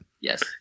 yes